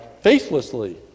faithlessly